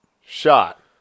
shot